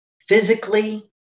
physically